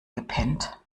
gepennt